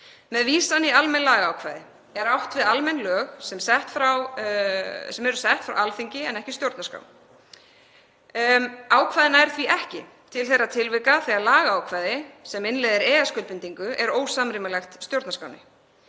Með vísan í almenn lagaákvæði er átt við almenn lög sett frá Alþingi en ekki stjórnarskrá. Ákvæðið nær því ekki til þeirra tilvika þegar lagaákvæði er innleiðir EES-skuldbindingu er ósamrýmanlegt stjórnarskránni.